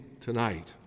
tonight